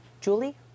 Julie